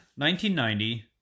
1990